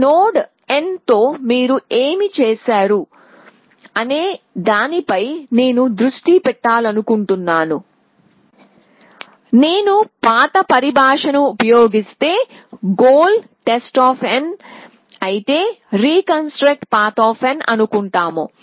ఈ node n తో మీరు ఏమి చేస్తారు అనే దానిపై నేను దృష్టి పెట్టాలనుకుంటున్నాను నేను పాత పరిభాషను ఉపయోగిస్తే goal test అయితే Reconstruct Path అనుకుంటాము